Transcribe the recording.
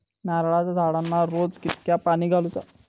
नारळाचा झाडांना रोज कितक्या पाणी घालुचा?